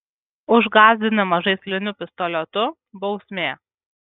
už gąsdinimą žaisliniu pistoletu bausmė